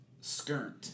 Skirt